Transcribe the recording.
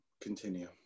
Continue